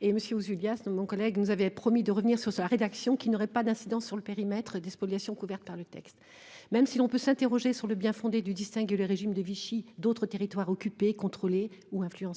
et monsieur Julia. Mon collègue il nous avait promis de revenir sur sa rédaction qui n'aurait pas d'incidence sur le périmètre des spoliations couverte par le texte, même si on peut s'interroger sur le bien-fondé du distinguer le régime de Vichy. D'autres territoires occupés contrôlées ou influencées